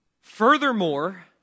Furthermore